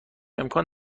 امکان